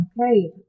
Okay